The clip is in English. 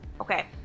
Okay